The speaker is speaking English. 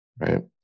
right